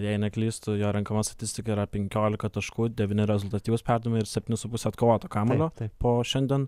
jei neklystu jo renkama statistika yra penkiolika taškų devyni rezultatyvūs perdavimai ir septyni su puse atkovoto kamuolio po šiandien